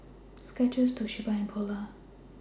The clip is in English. Skechers Toshiba and Polar